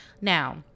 Now